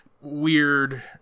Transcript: weird